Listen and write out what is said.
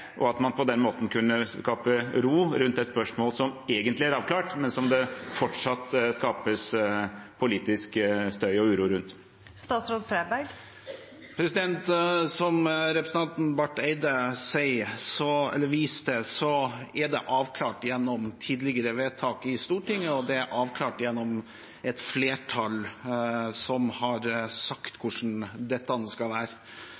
og at man på den måten kunne skape ro rundt et spørsmål som egentlig er avklart, men som det fortsatt skapes politisk støy og uro rundt? Som representanten Barth Eide viser til, er dette avklart gjennom tidligere vedtak i Stortinget, og det er avklart gjennom et flertall som har sagt hvordan dette skal være.